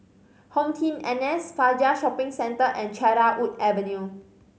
HomeTeam N S Fajar Shopping Centre and Cedarwood Avenue